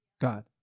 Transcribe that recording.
God